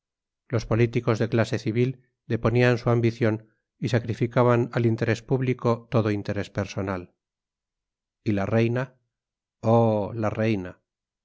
los políticos de clase civil deponían su ambición y sacrificaban al interés público todo interés personal y la reina oh la reina